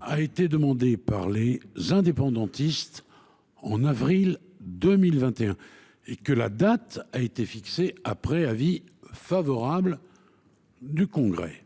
a été demandée par les indépendantistes en avril 2021 et que sa date a été fixée après avis favorable du congrès.